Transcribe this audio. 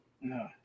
No